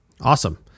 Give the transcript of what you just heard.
Awesome